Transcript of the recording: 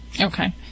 Okay